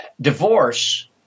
divorce